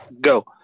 go